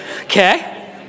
Okay